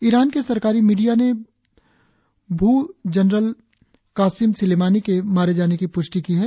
Iran के सरकारी media ने भू जनरल कासिम सिलेमानी के मारे जाने की पुष्टि की है